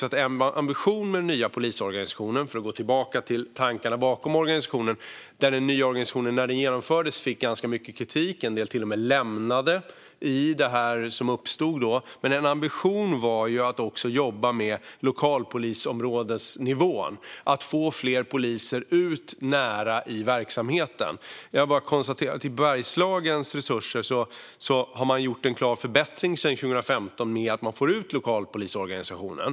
En ambition med den nya polisorganisationen - när den nya organisationen genomfördes fick den ganska mycket kritik, och en del till och med lämnade polisen i samband med det - var att jobba med lokalpolisområdesnivån och få ut fler poliser nära i verksamheten. När det gäller resurserna i Bergslagen har man fått en klar förbättring sedan 2015 när det gäller att få ut lokalpolisorganisationen.